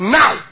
now